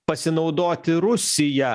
pasinaudoti rusija